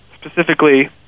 specifically